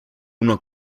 una